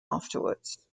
afterwards